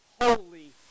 holy